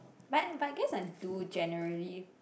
but but I guess like do generally